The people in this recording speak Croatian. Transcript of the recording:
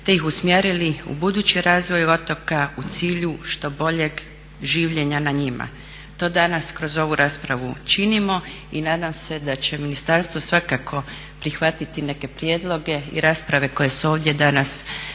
te ih usmjerili u budući razvoj otoka u cilju što boljeg življenja na njima. To danas kroz ovu raspravu činimo i nadam se da će ministarstvo svakako prihvatiti neke prijedloge i rasprave koje su ovdje danas